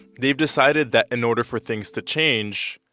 they've decided that in order for things to change,